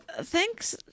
thanks